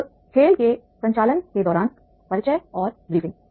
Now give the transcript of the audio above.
अब खेल के संचालन के दौरान परिचय और ब्रीफिंग